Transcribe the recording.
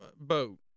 boat